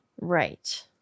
Right